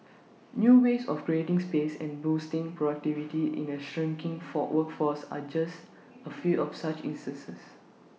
new ways of creating space and boosting productivity in A shrinking for workforce are just A few of such instances